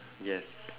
yes